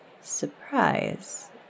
surprise